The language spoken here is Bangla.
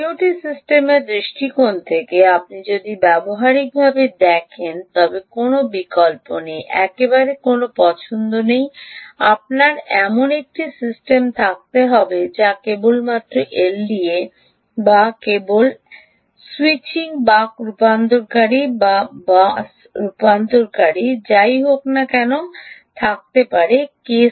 আইওটি সিস্টেমের দৃষ্টিকোণ থেকে আপনি ব্যবহারিকভাবে দেখুনতবে কোনও বিকল্প নেই একেবারেই কোনও পছন্দ নেই আপনার এমন একটি সিস্টেম থাকতে পারে যা কেবলমাত্র এলডিও বা কেবল স্যুইচিং বাক রূপান্তরকারী বা বস কনভার্টারের যাই হোক না কেন থাকতে পারে